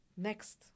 next